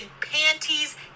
panties